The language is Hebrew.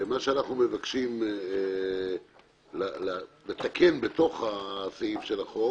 מה שאנחנו מבקשים לתקן בתוך הסעיף של החוק,